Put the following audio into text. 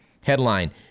Headline